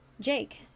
Jake